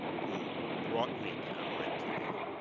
who brought me to mit.